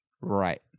right